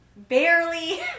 barely